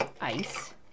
ice